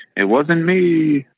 it wasn't me